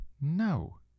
No